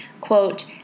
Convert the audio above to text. Quote